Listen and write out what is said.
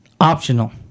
optional